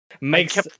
makes